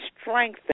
strengthen